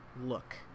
look